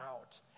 out